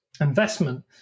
investment